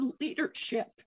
leadership